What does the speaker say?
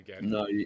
No